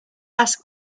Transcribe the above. ask